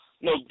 no